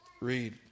read